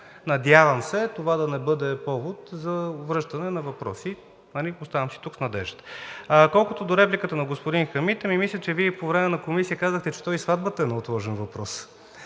Надявам се това да не бъде повод за връщане на въпроси. Оставам си тук с надежда. Колкото до репликата на господин Хамид, мисля, че Вие и по време на Комисията казахте, че то и сватбата е неотложен въпрос.